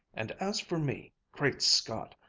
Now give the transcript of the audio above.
and as for me, great scott!